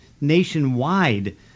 nationwide